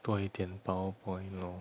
多一点 PowerPoint lor